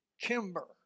Kimber